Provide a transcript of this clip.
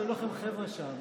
היו לכם חבר'ה שם